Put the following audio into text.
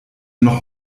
noch